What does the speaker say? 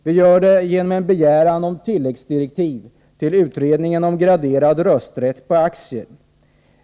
Vi gör det genom en begäran om tilläggsdirektiv till utredningen om graderad rösträtt på aktier.